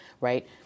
right